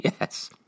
Yes